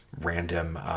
random